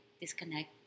disconnect